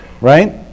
Right